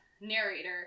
narrator